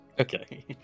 Okay